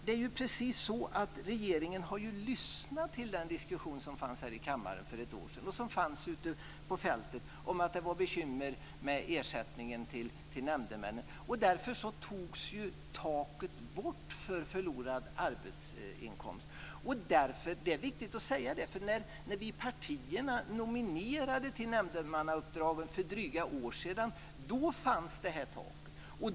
Det är ju precis så: Regeringen har ju lyssnat på den diskussion som fördes här i kammaren och ute på fältet för ett år sedan om att det var bekymmer med ersättningen till nämndemännen. Därför togs taket bort för förlorad arbetsinkomst. Det är viktigt att säga det, för när vi i partierna för drygt ett år sedan nominerade till nämndemannauppdraget fanns det här taket.